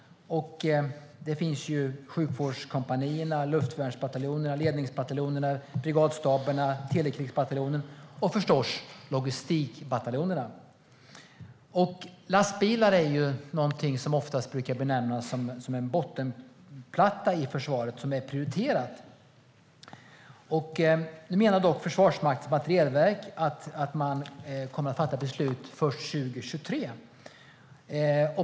Det finns sjukvårdskompanier, luftvärnsbataljoner, ledningsbataljoner, privatstaber, telekrigsbataljoner och förstås logistikbataljoner. Lastbilar är någonting som oftast brukar benämnas som en bottenplatta i försvaret - något som är prioriterat. Nu menar dock Försvarets materielverk att man kommer att fatta beslut först 2023.